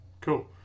Cool